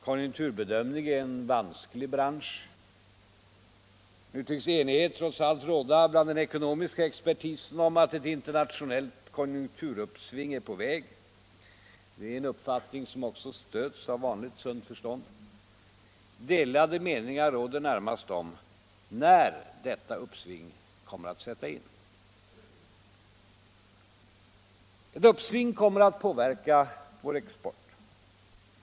Konjunkturbedömning är en vansklig bransch. Nu tycks enighet trots allt råda bland den ekonomiska expertisen om att ett internationellt konjunkturuppsving är på väg. Det är en uppfattning som också stöds av vanligt sunt förstånd. Delade meningar råder närmast om när detta uppsving kommer att sätta in. Ett uppsving kommer att påverka vår export.